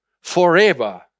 forever